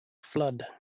flood